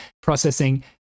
processing